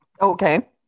okay